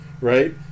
right